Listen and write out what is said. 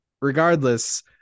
regardless